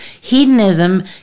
Hedonism